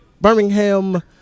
Birmingham